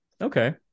Okay